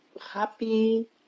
happy